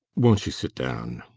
won't you sit down?